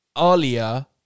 Alia